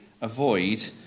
avoid